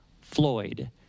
Floyd